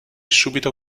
subito